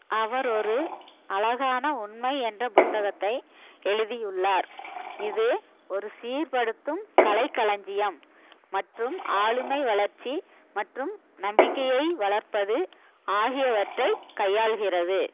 அவர் ஒரு அழகான உண்மை என்ற புத்தகத்தை எழுதியுள்ளார் இது ஒரு சீர்ப்படுத்தும் கலைக்களஞ்சியம் மற்றும் ஆளுமை வளர்ச்சி மற்றும் நம்பிக்கையை வளர்ப்பது ஆகியவற்றைக் கையாள்கிறது